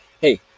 Hey